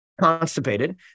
constipated